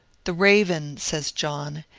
the raven says john,